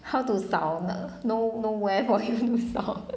how to 扫 no nowhere for him to 扫